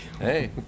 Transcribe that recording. Hey